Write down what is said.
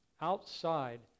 Outside